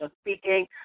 speaking